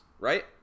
right